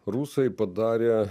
rusai padarė